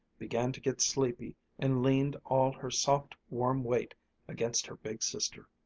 began to get sleepy and leaned all her soft, warm weight against her big sister.